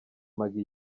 maggie